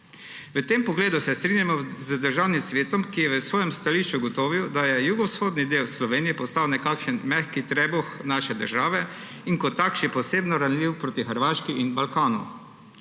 V tem pogledu se strinjamo z Državnim svetom, ki je v svojem stališču ugotovil, da je jugovzhodni del Slovenije postal nekakšen mehak trebuh naše države in kot tak še posebno ranljiv proti Hrvaški in Balkanu.